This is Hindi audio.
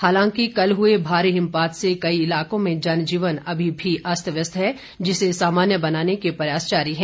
हालांकि कल हुए भारी हिमपात से कई इलाकों में जनजीवन अभी भी अस्त व्यस्त है जिसे सामान्य बनाने के प्रयास जारी है